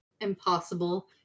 impossible